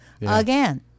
again